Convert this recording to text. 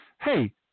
Hey